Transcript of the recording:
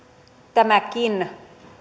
tämäkin